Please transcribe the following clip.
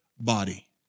body